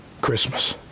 Christmas